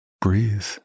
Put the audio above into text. Breathe